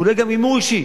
אולי גם הימור אישי,